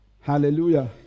Hallelujah